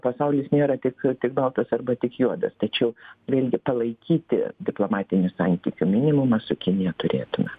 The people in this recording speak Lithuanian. pasaulis nėra tik tik baltas arba tik juodas tačiau vėlgi palaikyti diplomatinių santykių minimumą su kinija turėtume